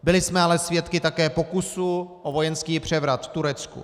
Byli jsme ale svědky také pokusu o vojenský převrat v Turecku.